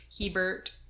Hebert